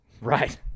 right